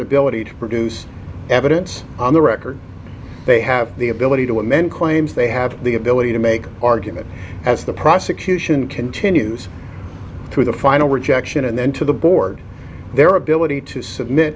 ability to produce evidence on the record they have the ability to amend claims they have the ability to make arguments as the prosecution continues through the final rejection and then to the board their ability to submit